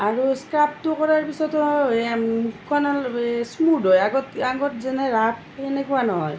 আৰু স্ক্ৰাবটো কৰাৰ পিছতো মুখখন স্মুথ হয় আগত আগত যেনে ৰাফ সেনেকুৱা নহয়